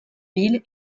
ville